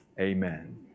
amen